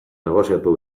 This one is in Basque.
negoziatu